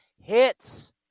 hits